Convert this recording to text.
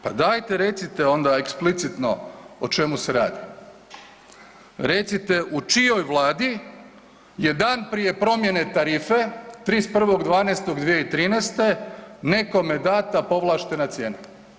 Pa dajte recite onda eksplicitno o čemu se radi, recite u čijoj vladi je dan prije promjene tarife 31.12.2013. nekome dana povlaštena cijena?